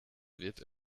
wird